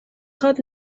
خواد